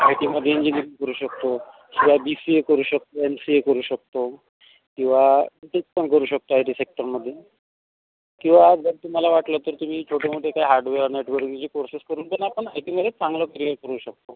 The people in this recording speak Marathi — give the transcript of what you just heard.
आय टीमध्ये इंजिनिअरिंग करू शकतो किंवा बी सी ए करू शकतो एम सी ए करू शकतो किंवा बी सी एस पण करू शकतो आय टी सेक्टरमधून किंवा जर तुम्हाला वाटलं तर तुम्ही छोटे मोठे काही हार्डवेअर नेट कोर्सेस करून पण आपण आय टीमध्ये चांगलं करिअर करू शकतो